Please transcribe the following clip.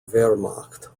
wehrmacht